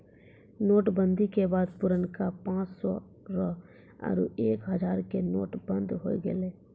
note बंदी के बाद पुरनका पांच सौ रो आरु एक हजारो के नोट बंद होय गेलै